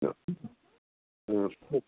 نہٲس تھوٚپ